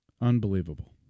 Unbelievable